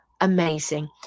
amazing